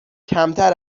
کمتر